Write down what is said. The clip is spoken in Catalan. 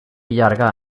llarga